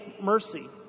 mercy